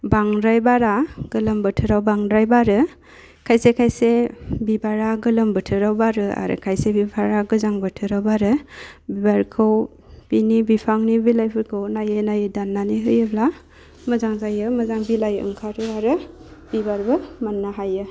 बांद्राय बारा गोलोम बोथोराव बांद्राय बारो खायसे खायसे बिबारा गोलोम बोथोराव बारो आरो खायसे बिबारा गोजां बोथोराव बारो बिबारखौ बिनि बिफांनि बिलाइफोरखौ नायै नायै दान्नानै होयोब्ला मोजां जायो मोजां बिलाइ ओंखारो आरो बिबारबो मोन्नो हायो